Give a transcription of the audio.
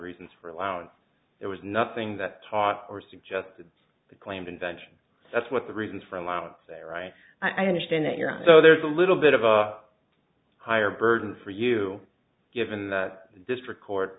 reasons for allowed there was nothing that taught or suggested the claimed invention that's what the reasons for loud say right i understand that your so there's a little bit of a higher burden for you given the district court